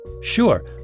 Sure